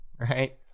right